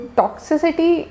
toxicity